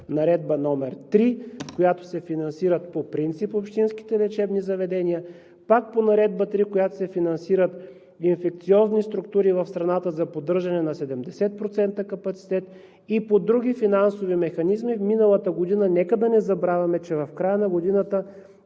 Наредба № 3, по която се финансират по принцип общинските лечебни заведения; пак по Наредба № 3, по която се финансират инфекциозни структури в страната за поддържане на 70% капацитет; и по други финансови механизми. Нека да не забравяме, че в края на миналата